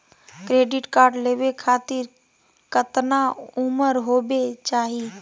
Credit card लेवे खातीर कतना उम्र होवे चाही?